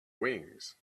wings